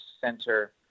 center